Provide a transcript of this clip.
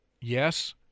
yes